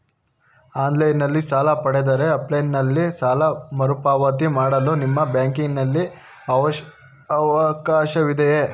Online ನಲ್ಲಿ ಸಾಲ ಪಡೆದರೆ ಆಫ್ಲೈನ್ ನಲ್ಲಿ ಸಾಲ ಮರುಪಾವತಿ ಮಾಡಲು ನಿಮ್ಮ ಬ್ಯಾಂಕಿನಲ್ಲಿ ಅವಕಾಶವಿದೆಯಾ?